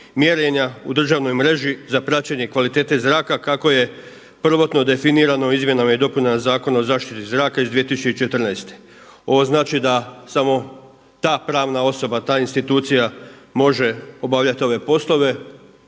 mjerenja u državnoj mreži za praćenje kvalitete zraka kako je prvotno definirano u izmjenama i dopunama Zakona o zaštiti zraka iz 2014. Ovo znači da samo ta pravna osoba, ta institucija može obavljati ove poslove,